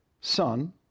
son